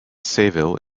sayville